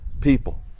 people